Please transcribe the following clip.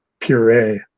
puree